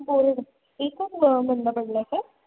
board बंद पडलं आहे का